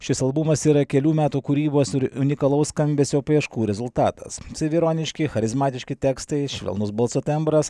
šis albumas yra kelių metų kūrybos ir unikalaus skambesio paieškų rezultatas saviironiški charizmatiški tekstai švelnus balso tembras